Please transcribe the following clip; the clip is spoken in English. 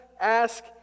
ask